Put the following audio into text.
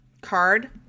card